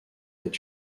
est